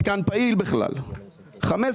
אבל בפועל אין במתקן את הטיפול בפסולת לפי